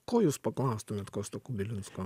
ko jūs paklaustumėt kosto kubilinsko